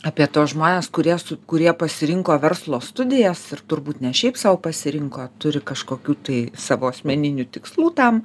apie tuos žmones kurie kurie pasirinko verslo studijas ir turbūt ne šiaip sau pasirinko turi kažkokių tai savo asmeninių tikslų tam